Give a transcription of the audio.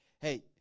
Hey